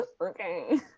Okay